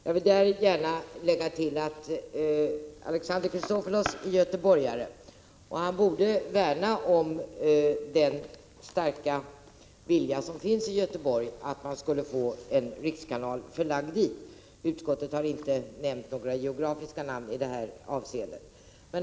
Alexander Chrisopoulos, som är göteborgare, borde värna om den starka vilja som finns i Göteborg att få ledningen för rikskanalen förlagd dit. Utskottet har dock inte nämnt några geografiska namn i detta avseende.